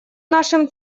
нашим